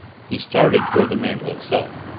he started toward the mantel itself.